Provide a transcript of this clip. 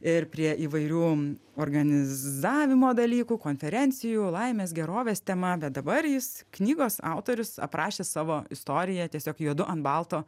ir prie įvairių organizavimo dalykų konferencijų laimės gerovės tema bet dabar jis knygos autorius aprašęs savo istoriją tiesiog juodu ant balto